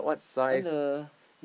I want the